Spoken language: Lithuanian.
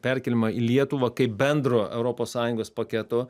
perkėlimą į lietuvą kaip bendro europos sąjungos paketo